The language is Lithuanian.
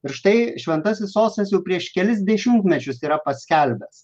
ir štai šventasis sostas jau prieš kelis dešimtmečius yra paskelbęs